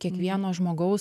kiekvieno žmogaus